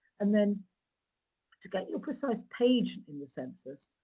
and then to get your precise page in the census,